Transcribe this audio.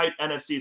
NFC